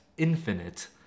Infinite